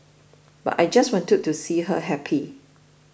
but I just wanted to see her happy